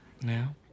Now